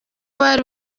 bari